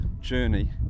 journey